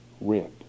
rent